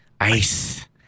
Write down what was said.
Ice